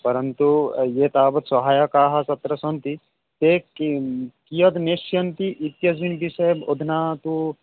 परन्तु ये तावत् सहायकाः तत्र सन्ति ते के कियत् नेष्यन्ति इत्यस्मिन् विषये अधुना तु